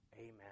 Amen